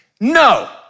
No